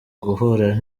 guhura